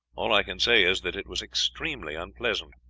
all i can say is that it was extremely unpleasant